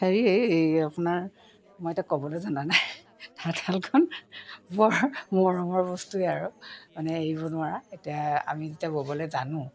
হেৰি এই আপোনাৰ মই এতিয়া ক'বলৈ জনা নাই তাঁতশালখন বৰ মৰমৰ বস্তুৱেই আৰু মানে এৰিব নোৱাৰা এতিয়া আমি যেতিয়া ব'বলৈ জানো